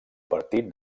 partit